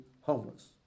homeless